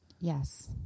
Yes